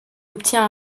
obtient